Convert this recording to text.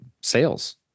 sales